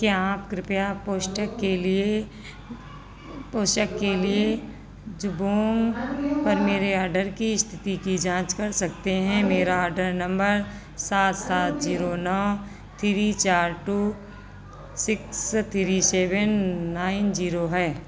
क्या आप कृपया पौष्टिक के लिए पोशक के लिए जबोंग पर मेरे ऑर्डर की स्थिति की जांच कर सकते हैं मेरा ऑर्डर नंबर सात सात जीरो नौ थ्री चार two six three seven nine zero है